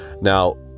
Now